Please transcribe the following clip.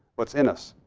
what's in us?